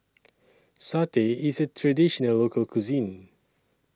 Satay IS A Traditional Local Cuisine